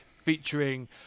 featuring